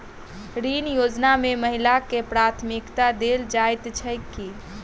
ऋण योजना मे महिलाकेँ प्राथमिकता देल जाइत छैक की?